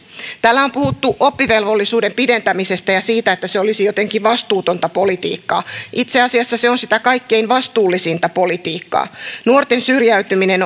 täällä on puhuttu oppivelvollisuuden pidentämisestä ja siitä että se olisi jotenkin vastuutonta politiikkaa itse asiassa se on sitä kaikkein vastuullisinta politiikkaa nuorten syrjäytyminen